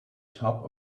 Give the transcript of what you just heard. top